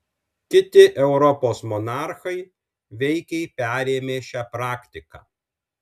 kiti europos monarchai veikiai perėmė šią praktiką